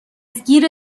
گیر